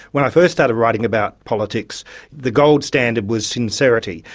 when i first started writing about politics the gold standard was sincerity.